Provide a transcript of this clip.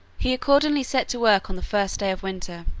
he accordingly set to work on the first day of winter,